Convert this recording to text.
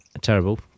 terrible